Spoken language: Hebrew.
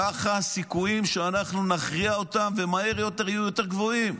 ככה הסיכויים שנכריע אותם ומהר יותר יהיו יותר גבוהים.